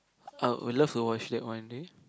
I would love to watch that one day